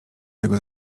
tego